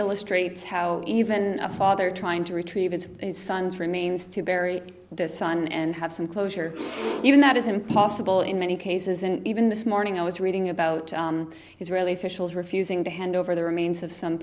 illustrates how even a father trying to retrieve his son's remains to bury the son and have some closure even that is impossible in many cases and even this morning i was reading about israeli officials refusing to hand over the remains of s